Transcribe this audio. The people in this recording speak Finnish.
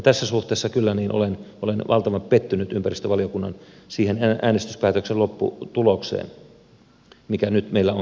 tässä suhteessa kyllä olen valtavan pettynyt ympäristövaliokunnan siihen äänestyspäätöksen lopputulokseen mikä nyt meillä on käsittelyn pohjalla